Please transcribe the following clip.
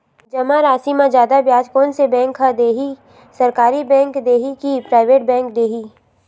जमा राशि म जादा ब्याज कोन से बैंक ह दे ही, सरकारी बैंक दे हि कि प्राइवेट बैंक देहि?